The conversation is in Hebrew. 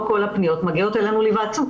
לא כל הפניות מגיעות אלינו להיוועצות.